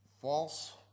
false